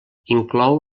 inclou